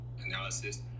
analysis